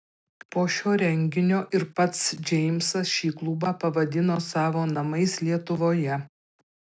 po šio renginio ir pats džeimsas šį klubą pavadino savo namais lietuvoje